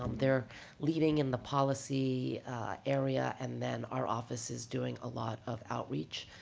um they're leading in the policy area. and then our office is doing a lot of outreach